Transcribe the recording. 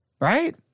Right